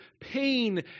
pain